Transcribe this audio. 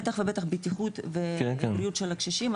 בטח ובטח בטיחות ובריאות של הקשישים,